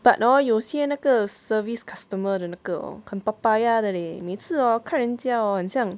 but hor 有些那个 service customer 的那个 hor 很 papaya 的 leh 每次 hor 看人家 hor 很像